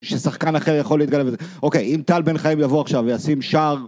ששחקן אחר יכול להתקרב לזה אוקיי אם טל בן חיים יבוא עכשיו וישים שער